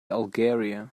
algeria